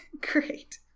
Great